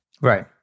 Right